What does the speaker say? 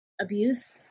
abuse